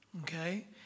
Okay